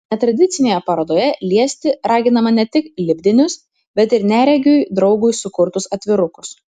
netradicinėje parodoje liesti raginama ne tik lipdinius bet ir neregiui draugui sukurtus atvirukus